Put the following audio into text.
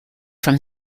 from